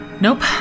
Nope